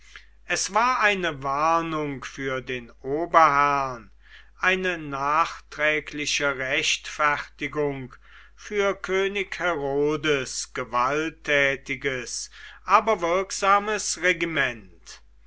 es war eine warnung für den oberherrn eine nachträgliche rechtfertigung für könig herodes gewalttätiges aber wirksames regiment